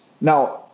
Now